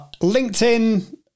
LinkedIn